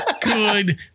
Good